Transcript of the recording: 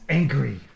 angry